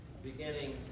Beginning